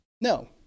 No